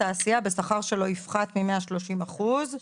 התעשייה בשכר שלא יפחת מ-130 אחוז.